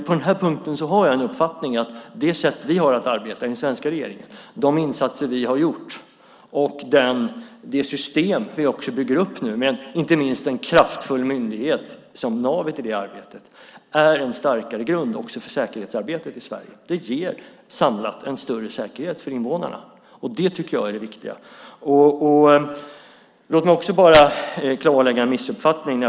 På den här punkten har jag dock uppfattningen att det sätt som vi i den svenska regeringen arbetar på, de insatser vi har gjort och det system vi nu bygger upp, inte minst genom en kraftfull myndighet som blir navet i det arbetet, är en starkare grund också för säkerhetsarbetet i Sverige. Det ger samlat en större säkerhet för invånarna, och det tycker jag är det viktiga. Låt mig också bara klargöra en missuppfattning.